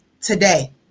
today